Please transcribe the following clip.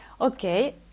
Okay